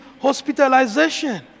hospitalization